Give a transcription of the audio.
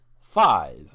five